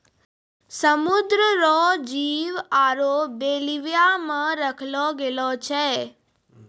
समुद्र रो जीव आरु बेल्विया मे रखलो गेलो छै